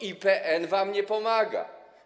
IPN wam nie pomaga.